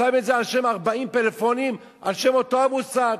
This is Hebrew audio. הוא שם 40 פלאפונים על שם אותו המוסד.